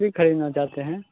खरीदना चाहते हैं